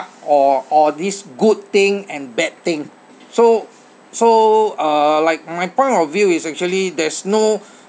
or or this good thing and bad thing so so uh like my point of view is actually there's no